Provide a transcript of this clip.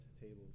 tables